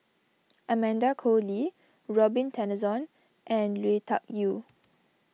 Amanda Koe Lee Robin Tessensohn and Lui Tuck Yew